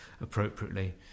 appropriately